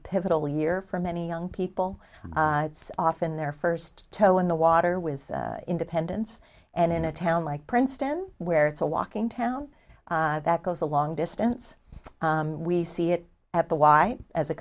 pivotal year for many young people often their first toll in the water with independence and in a town like princeton where it's a walking town that goes a long distance we see it at the y as a